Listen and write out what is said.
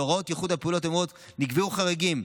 להוראות ייחוד הפעולות האמורות נקבעו חריגים,